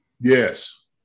Yes